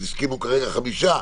הסכימו כרגע 5%,